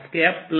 r R